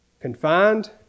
confined